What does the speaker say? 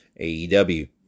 AEW